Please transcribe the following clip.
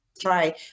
try